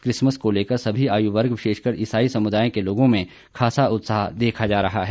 Christmas को लेकर सभी आयु वर्ग विशेषकर इसाई समुदाय के लोगों में खासा उत्साह देखा जा रहा है